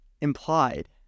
implied